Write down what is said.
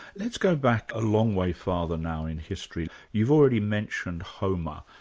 let's go back a long way farther now in history. you've already mentioned homer,